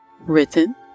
Written